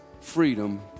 freedom